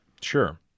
sure